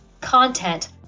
content